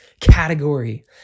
category